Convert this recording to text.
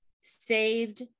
saved